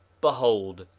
behold,